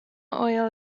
oil